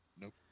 Nope